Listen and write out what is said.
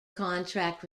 contract